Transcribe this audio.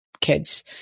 kids